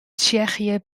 tsjechië